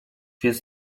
więc